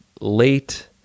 late